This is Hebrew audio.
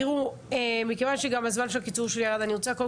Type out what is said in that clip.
תראו מכיוון שגם הזמן של הקיצור שלי ירד אני רוצה קודם